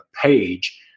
page